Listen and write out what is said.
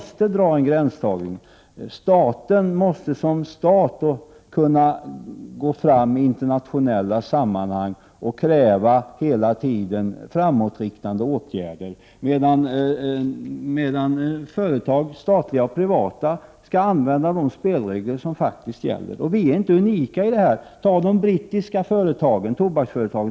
Staten Sverige måste som stat kunna gå fram i internationella sammanhang och hela tiden kräva framåtriktande åtgärder, medan statliga och privata företag skall använda de spelregler som faktiskt gäller. Vi är inte unika när det gäller detta. Man kan som exempel ta de brittiska tobaksföretagen.